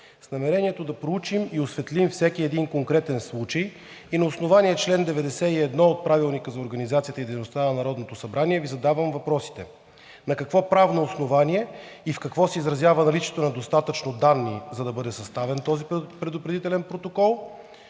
С намерението да проучим и осветлим всеки един конкретен случай и на основание чл. 91 от Правилника за организацията и дейността на Народното събрание Ви задавам въпросите: На какво правно основание и в какво се изразява наличието на „достатъчно данни“, за да бъде съставен този предупредителен протокол?